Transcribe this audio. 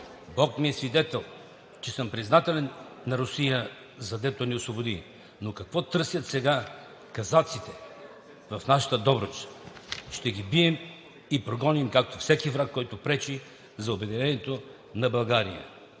Бог ми е свидетел, че съм признателен на Русия, задето ни освободи, но какво търсят сега казаците в нашата Добруджа? Ще ги бием и прогоним, както всеки враг, който пречи за обединението на България.“